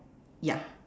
ya